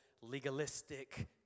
legalistic